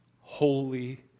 holy